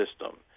system